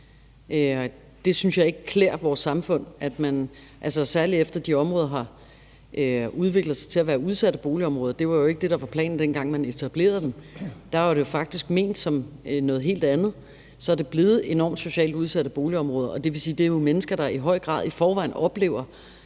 Jeg synes ikke, at det klæder vores samfund, særligt efter de områder har udviklet sig til at være udsatte boligområder. Det var jo ikke det, der var planen, dengang man etablerede dem; der var det jo faktisk ment som noget helt andet, men så er det blevet til enormt socialt udsatte boligområder, og det vil sige, at det jo er mennesker, der i høj grad i forvejen oplever